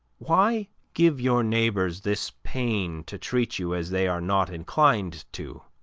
why give your neighbors this pain to treat you as they are not inclined to?